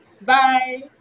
Bye